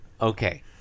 Okay